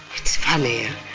it's funny,